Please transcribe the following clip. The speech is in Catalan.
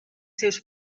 seus